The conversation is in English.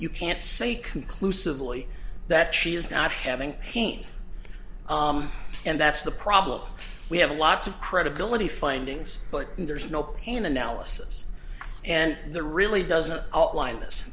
you can't say conclusively that she is not having pain and that's the problem we have lots of credibility findings but there's no pain analysis and the really doesn't outline this